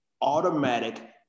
Automatic